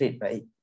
right